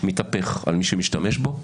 מתהפך על מי שמשתמש בו.